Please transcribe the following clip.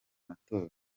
amatora